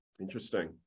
Interesting